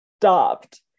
stopped